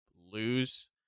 lose